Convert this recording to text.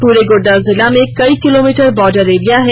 पूरे गुड्डा जिला में कई किलोमीटर बॉर्डर एरिया है